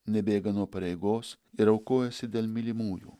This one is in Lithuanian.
nebėga nuo pareigos ir aukojasi dėl mylimųjų